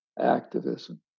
activism